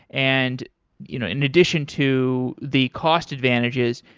and you know in addition to the cost advantages,